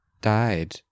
died